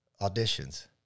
auditions